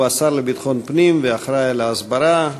הוא השר לביטחון פנים והאחראי להסברה,